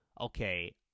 okay